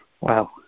Wow